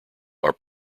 are